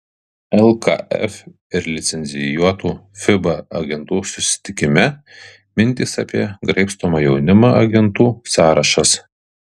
lkf ir licencijuotų fiba agentų susitikime mintys apie graibstomą jaunimą agentų sąrašas